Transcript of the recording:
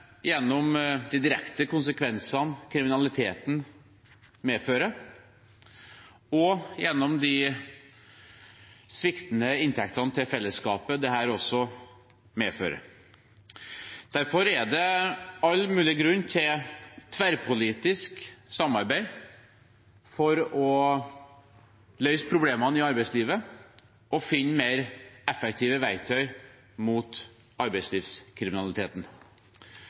gjennom de direkte konsekvensene kriminaliteten medfører, og gjennom de sviktende inntektene til fellesskapet dette også medfører. Derfor er det all mulig grunn til tverrpolitisk samarbeid for å løse problemene i arbeidslivet og finne mer effektive verktøy mot arbeidslivskriminaliteten.